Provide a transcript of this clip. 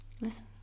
listen